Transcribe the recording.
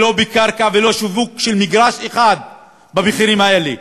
לא קרקע ולא שיווק של מגרש אחד במחירים האלה.